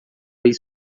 bem